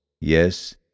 Yes